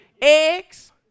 Eggs